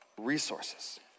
resources